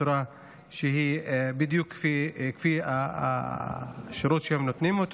בצורה שהיא בדיוק כמו השירות שהם נותנים,